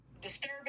disturbing